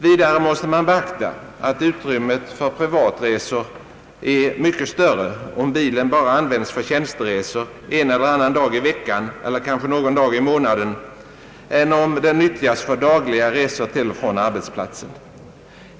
Vidare måste man beakta att utrymmet för privatresor är mycket större om bilen bara används för tjänsteresor en eller annan dag i veckan eller kanske någon gång i månaden än om den nyttjas för dagliga resor till och från arbetsplatsen.